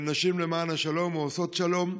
של נשים למען השלום, או שעושות שלום.